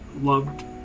loved